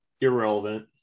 Irrelevant